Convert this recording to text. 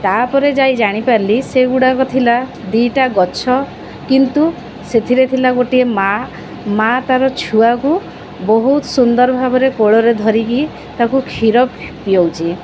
ତା'ପରେ ଯାଇ ଜାଣିପାରିଲି ସେଗୁଡ଼ାକ ଥିଲା ଦୁଇଟା ଗଛ କିନ୍ତୁ ସେଥିରେ ଥିଲା ଗୋଟିଏ ମା' ମା' ତା'ର ଛୁଆକୁ ବହୁତ ସୁନ୍ଦର ଭାବରେ କୋଳରେ ଧରିକି ତାକୁ କ୍ଷୀର ପିଆଉଛି